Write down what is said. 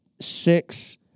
six